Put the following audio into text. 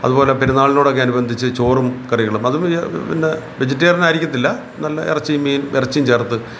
അതുപോലെ പെരുന്നാളിനോടൊക്കെ അനുബന്ധിച്ച് ചോറും കറികളും അതും പിന്നെ വെജിറ്റേറിയൻ ആയിരിക്കില്ല നല്ല ഇറച്ചിയും മീൻ ഇറച്ചിയും ചേർത്ത്